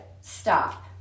stop